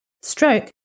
stroke